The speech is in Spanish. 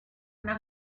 una